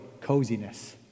coziness